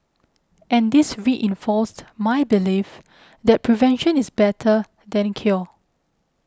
and this reinforced my belief that prevention is better than cure